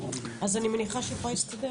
אז אני מניחה שהיא יכולה להסתדר.